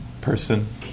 person